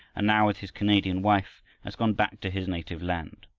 and now with his canadian wife, has gone back to his native land.